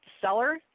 seller